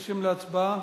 ניגשים להצבעה.